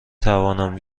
توانم